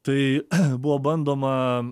tai buvo bandoma